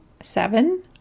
Seven